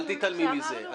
אל תתעלמי מזה.